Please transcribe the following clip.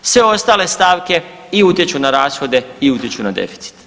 Sve ostale stavke i utječu na rashode i utječu na deficit.